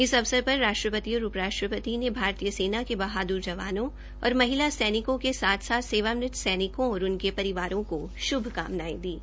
इस अवसरपर राष्ट्रीपति और उपराष्ट्रपति ने भारतीय सेना के बहादुर जवानों और महिला सैनिको के साथ साथ सेवा निवृत सैनिकों और उनके परिवारों को श्भकामनायें दी है